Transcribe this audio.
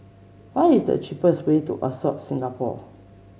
what is the cheapest way to Ascott Singapore